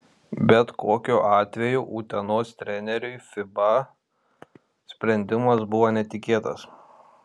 bet kokiu atveju utenos treneriui fiba sprendimas buvo netikėtas